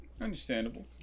Understandable